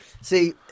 See